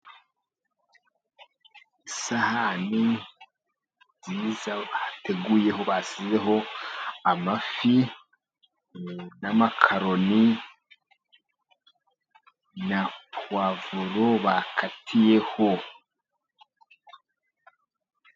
Isahani nziza bateguyeho basizeho amafi n'amakaroni na puwavuro bakatiyeho.